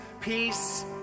peace